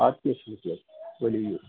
اَدٕ کیٚنٛہہ چھُنہٕ کیٚنٛہہ چھُنہٕ ؤلِو یِیو